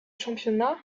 championnat